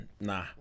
nah